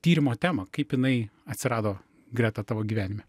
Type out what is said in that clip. tyrimo temą kaip jinai atsirado greta tavo gyvenime